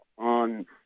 On